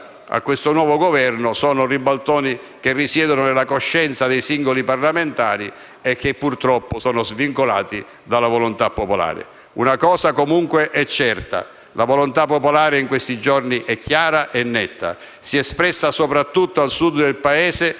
al nuovo Governo, risiedono nella coscienza dei singoli parlamentari e, purtroppo, sono svincolati dalla volontà popolare. Una cosa è certa: la volontà popolare in questi giorni è chiara e netta. Si è espressa soprattutto al Sud del Paese